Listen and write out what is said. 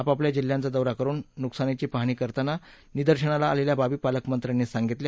आपापल्या जिल्ह्यांचा दौरा करुन नुकसानाची पाहणी करताना निदर्शनाला आलेल्या बाबी पालकमंत्र्यांनी सांगितल्या